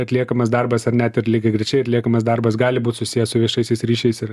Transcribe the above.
atliekamas darbas ar net ir lygiagrečiai atliekamas darbas gali būt susijęs su viešaisiais ryšiais ir